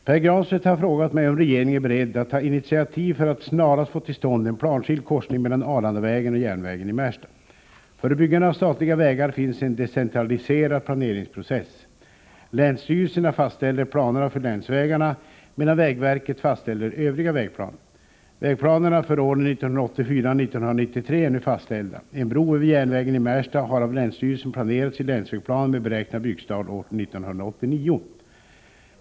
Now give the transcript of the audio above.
Herr talman! Pär Granstedt har frågat mig om regeringen är beredd att ta initiativ för att snarast få till stånd en planskild korsning mellan Arlandavägen och järnvägen i Märsta. För byggande av statliga vägar finns en decentraliserad planeringsprocess. Länsstyrelserna fastställer planerna för länsvägarna, medan vägverket fastställer övriga vägplaner. Vägplanerna för åren 1984-1993 är nu fastställda. En bro över järnvägen i Märsta har av länsstyrelsen planerats i länsvägplanen med beräknad byggstart år 1989.